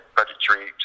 budgetary